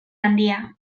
handia